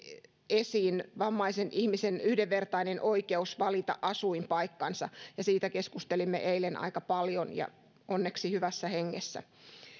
esiin vammaisen ihmisen yhdenvertainen oikeus valita asuinpaikkansa ja siitä keskustelimme eilen aika paljon ja onneksi hyvässä hengessä